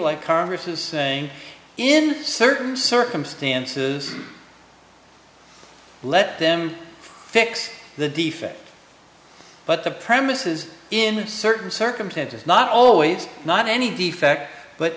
like congress is saying in certain circumstances let them fix the defect but the premise is in certain circumstances not always not any defect but